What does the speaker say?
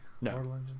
No